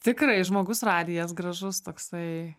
tikrai žmogus radijas gražus toksai